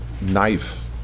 knife